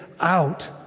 out